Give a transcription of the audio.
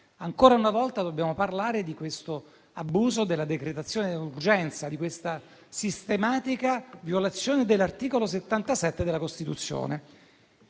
Ancora una volta dobbiamo parlare dell'abuso della decretazione d'urgenza, della sistematica violazione dell'articolo 77 della Costituzione.